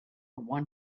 one